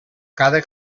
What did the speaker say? cada